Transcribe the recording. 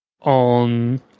on